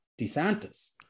DeSantis